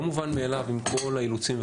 לא מובן מאליו עם כל האילוצים,